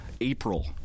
April